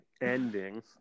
ending